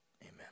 Amen